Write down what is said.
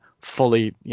fully